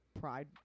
pride